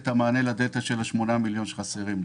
המענה לדלתא של ה-8 מיליון שקל שחסרים לנו.